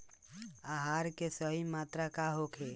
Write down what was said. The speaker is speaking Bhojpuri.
आहार के सही मात्रा का होखे?